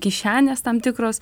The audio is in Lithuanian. kišenės tam tikros